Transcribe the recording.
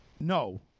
No